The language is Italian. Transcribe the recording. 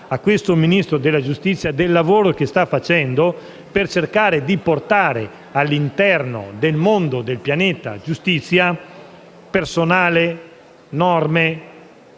atto al Ministro della giustizia del lavoro che sta svolgendo per cercare di portare all'interno del mondo della giustizia personale, norme